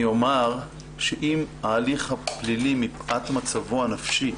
אני אומר שאם ההליך הפלילי, מפאת מצבו הנפשי,